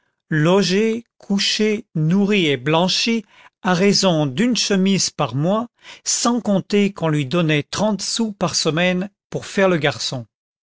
logé couché nourrit et blanchi à raison d'une chemise par mois sans compter qu'on lui donnait trente sous par semaine pour faire le garçon